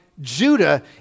Judah